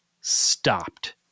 stopped